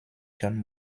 john